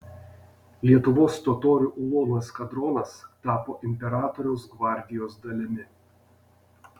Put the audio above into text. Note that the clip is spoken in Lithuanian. lietuvos totorių ulonų eskadronas tapo imperatoriaus gvardijos dalimi